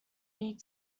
need